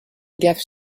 gaffes